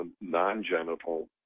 non-genital